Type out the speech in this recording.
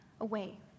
away